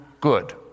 good